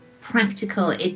practical